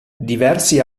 diversi